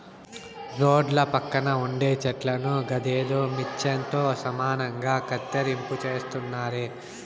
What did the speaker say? రోడ్ల పక్కన ఉండే చెట్లను గదేదో మిచన్ తో సమానంగా కత్తిరింపు చేస్తున్నారే